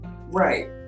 Right